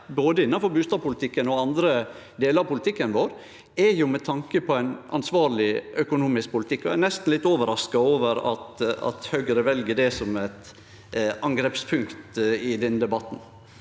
både innanfor bustadpolitikken og andre delar av politikken vår, gjer vi med tanke på ein ansvarleg økonomisk politikk. Eg er nesten litt overraska over at Høgre vel det som eit angrepspunkt i denne debatten.